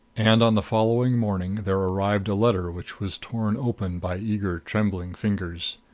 and on the following morning there arrived a letter which was torn open by eager trembling fingers.